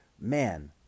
man